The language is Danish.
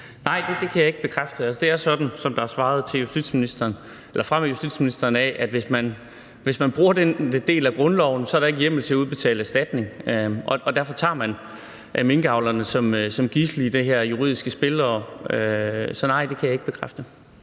Nej, det kan jeg ikke bekræfte. Det er sådan, som der er svaret fra justitsministerens side, nemlig at hvis man bruger den del af grundloven, så er der ikke hjemmel til at udbetale erstatning, og derfor tager man minkavlerne som gidsel i det her juridiske spil. Så nej, det kan jeg ikke bekræfte.